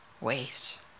ways